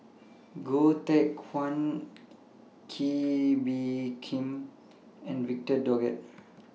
Goh Teck Phuan Kee Bee Khim and Victor Doggett